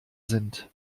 sind